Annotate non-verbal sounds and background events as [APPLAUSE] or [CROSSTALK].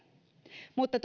mutta [UNINTELLIGIBLE]